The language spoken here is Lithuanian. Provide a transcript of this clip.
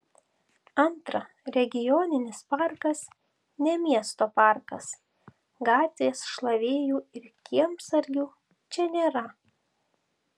antra regioninis parkas ne miesto parkas gatvės šlavėjų ir kiemsargių čia nėra